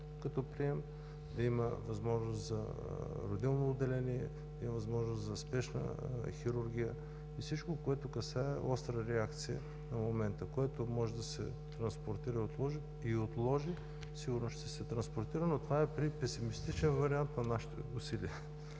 като прием, да има възможност за Родилно отделение, да има възможност за Спешна хирургия и всичко, което касае остра реакция на момента. Което може да се транспортира и отложи, сигурно ще се транспортира, но това е при песимистичен вариант на нашите усилия.